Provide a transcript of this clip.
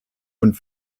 und